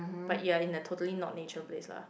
but you're in the totally not nature place lah